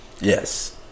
Yes